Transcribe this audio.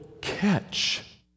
catch